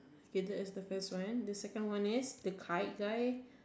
it is that's the first one the second is the kite guy